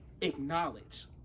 acknowledge